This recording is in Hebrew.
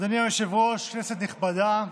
אדוני היושב-ראש, כנסת נכבדה.